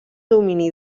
domini